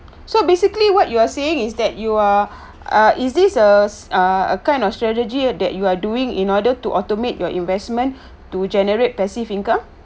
so basically what you are saying is that you are ah is this a ah a kind of strategy that you are doing in order to automate your investment to generate passive income